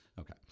Okay